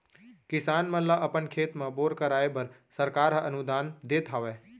किसान मन ल अपन खेत म बोर कराए बर सरकार हर अनुदान देत हावय